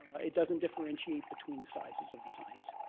it doesn't differentiate between the sizes of the signs.